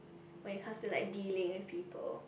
when it comes to like dealing with people